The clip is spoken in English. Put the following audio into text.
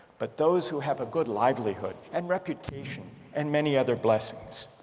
but those who have a good livelihood and reputation and many other blessings.